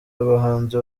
abahanzi